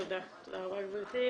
תודה רבה, גברתי.